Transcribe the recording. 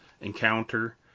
encounter